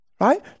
Right